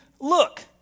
Look